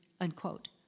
unquote